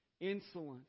insolent